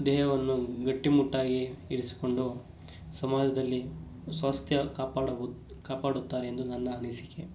ದೇಹವನ್ನು ಗಟ್ಟಿ ಮುಟ್ಟಾಗಿ ಇರಿಸಿಕೊಂಡು ಸಮಾಜದಲ್ಲಿ ಸ್ವಾಸ್ಥ್ಯ ಕಾಪಾಡಬೋ ಕಾಪಾಡುತ್ತಾರೆ ಎಂದು ನನ್ನ ಅನಿಸಿಕೆ